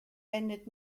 wendet